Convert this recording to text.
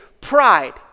pride